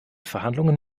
verhandlungen